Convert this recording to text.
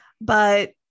But-